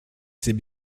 c’est